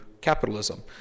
capitalism